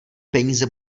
peníze